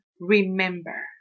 remember